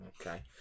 Okay